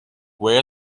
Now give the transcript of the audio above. where